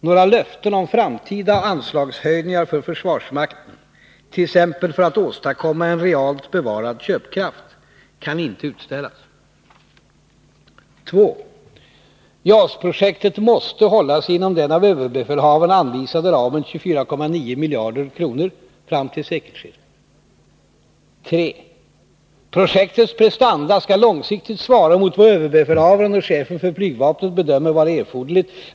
Några löften om framtida anslagshöjningar för försvarsmakten — t.ex. för att åstadkomma en ”realt bevarad köpkraft” — kan inte utställas. 2. JAS-projektet måste hålla sig inom den av överbefälhavaren anvisade ramen 24,9 miljarder kronor fram till sekelskiftet. 3. Projektets prestanda skall långsiktigt svara mot vad överbefälhavaren och chefen för flygvapnet bedömer vara erforderligt.